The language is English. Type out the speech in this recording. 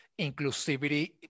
inclusivity